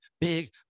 big